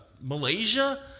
Malaysia